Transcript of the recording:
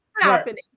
happening